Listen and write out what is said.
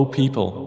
people